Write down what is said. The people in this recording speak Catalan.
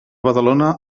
badalona